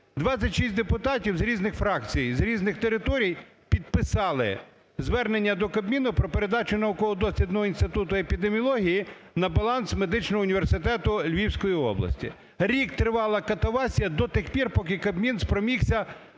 26 депутатів з різних фракцій, з різних територій підписали звернення до Кабміну про передачу Науково-дослідного інституту епідеміології на баланс медичного університету Львівської області. Рік тривала катавасія, до тих пір, поки Кабмін спромігся